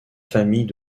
familles